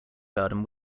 garden